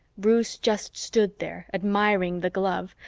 bruce just stood there admiring the glove,